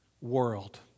world